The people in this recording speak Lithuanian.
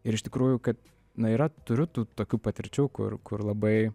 ir iš tikrųjų kad na yra turiu tų tokių patirčių kur kur labai